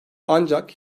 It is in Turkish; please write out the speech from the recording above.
ancak